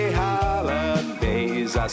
holidays